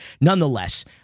Nonetheless